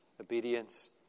obedience